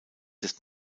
des